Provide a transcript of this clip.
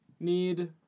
need